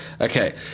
Okay